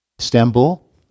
Istanbul